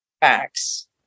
facts